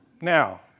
Now